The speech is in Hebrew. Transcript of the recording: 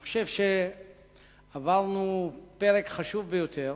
אני חושב שעברנו פרק חשוב ביותר,